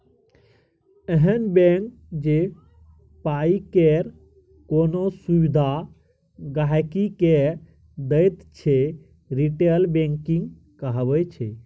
एहन बैंक जे पाइ केर कोनो सुविधा गांहिकी के दैत छै रिटेल बैंकिंग कहाबै छै